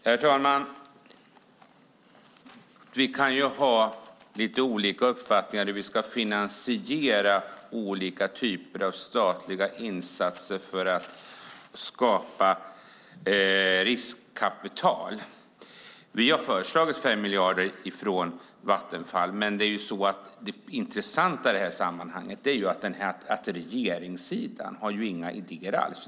Herr talman! Vi kan ha olika uppfattningar om hur vi ska finansiera olika typer av statliga insatser för att skapa riskkapital. Vi har föreslagit 5 miljarder från Vattenfall. Det intressanta är att regeringssidan inte har några idéer alls.